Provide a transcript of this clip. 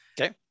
okay